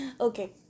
Okay